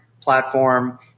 platform